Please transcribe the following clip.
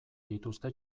dituzte